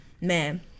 man